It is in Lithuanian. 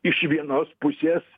iš vienos pusės